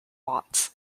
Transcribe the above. watts